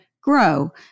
grow